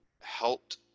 helped